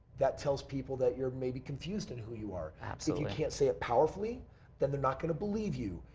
that tells people that your may be confused and who you are. absolutely. i can't say it powerfully then they're not going to believe you.